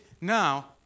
now